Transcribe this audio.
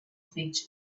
features